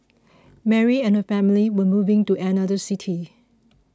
Mary and her family were moving to another city